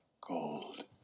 gold